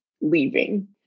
leaving